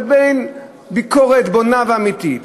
לבין ביקורת בונה ואמיתית.